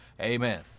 amen